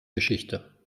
geschichte